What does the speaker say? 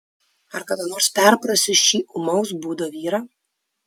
ar kada nors perprasiu šį ūmaus būdo vyrą